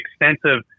extensive